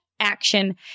action